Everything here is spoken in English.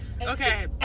Okay